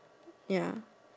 ya